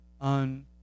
on